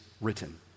written